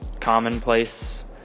commonplace